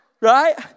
right